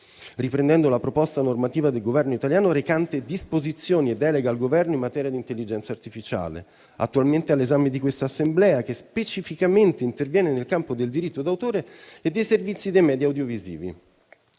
riprendendo la proposta normativa del Governo italiano recante disposizioni e delega al Governo in materia di intelligenza artificiale, attualmente all'esame di quest'Assemblea, che specificamente interviene nel campo del diritto d'autore e dei servizi dei *media* audiovisivi.